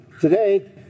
today